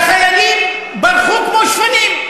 והחיילים ברחו כמו שפנים.